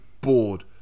bored